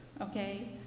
okay